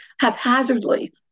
haphazardly